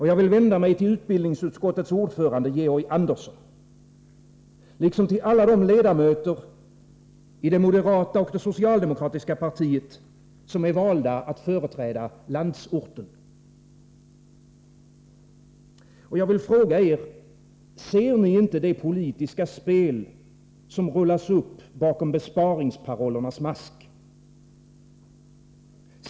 Jag vill vända mig till utbildningsutskottets ordförande Georg Andersson, liksom till alla de ledamöter i det moderata och det socialdemokratiska partiet som är valda att företräda landsorten. Jag vill fråga er: Ser ni inte det politiska spel som rullas upp bakom besparingsparollernas mask?